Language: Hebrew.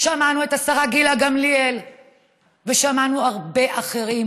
שמענו את השרה גילה גמליאל ושמענו הרבה אחרים,